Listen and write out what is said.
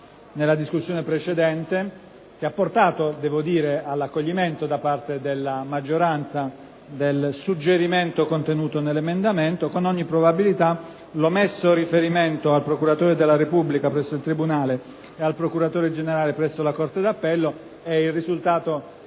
nella discussione precedente (che ha portato all'accoglimento da parte della maggioranza del suggerimento contenuto nell'emendamento), l'omesso riferimento al procuratore della Repubblica presso il tribunale e al procuratore generale presso la corte d'appello è il risultato